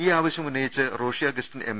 ഇൌ ആവശ്യം ഉന്നയിച്ച് റോഷി അഗസ്റ്റിൻ എം